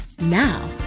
now